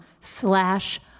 slash